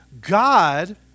God